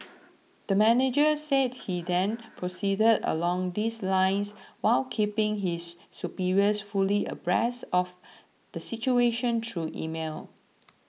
the manager said he then proceeded along these lines while keeping his superiors fully abreast of the situation through email